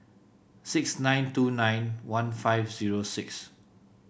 six nine two nine one five zero six